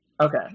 Okay